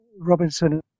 Robinson